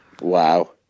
Wow